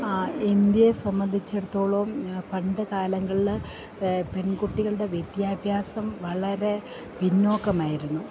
ഇന്ത്യയെ സംബന്ധിച്ചിടത്തോളം പണ്ടുകാലങ്ങളില് പെൺകുട്ടികളുടെ വിദ്യാഭ്യാസം വളരെ പിന്നോക്കമായിരുന്നു